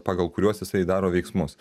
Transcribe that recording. pagal kuriuos jisai daro veiksmus